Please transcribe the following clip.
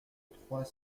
trois